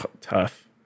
tough